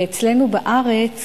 ואצלנו בארץ